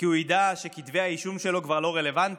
כי הוא יידע שכתבי האישום שלו כבר לא רלוונטיים,